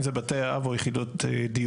אם זה בתי אב או יחידות דיור.